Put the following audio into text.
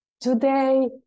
Today